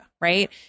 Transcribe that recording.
right